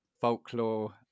folklore